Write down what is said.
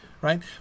Right